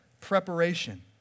preparation